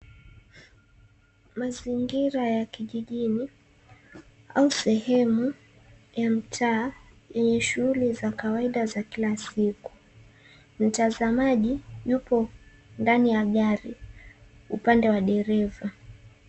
Mazingira ya kijijini, au sehemu ya mtaa yenye shughuli za kawaida za kila siku. Mtazamaji yupo ndani ya gari upande wa dereva.